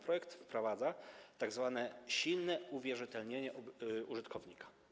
Projekt wprowadza tzw. silne uwierzytelnienie użytkownika.